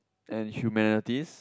and humanities